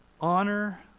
Honor